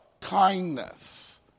kindness